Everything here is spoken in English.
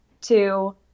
two